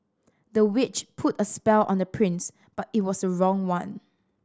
the witch put a spell on the prince but it was the wrong one